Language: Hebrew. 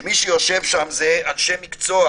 ומי שיושב שם הם אנשי מקצוע,